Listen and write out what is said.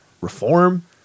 reform